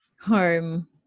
home